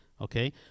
Okay